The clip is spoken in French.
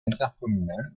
intercommunal